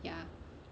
ya